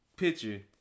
picture